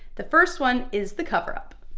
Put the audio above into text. the first one is the cover up.